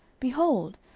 behold,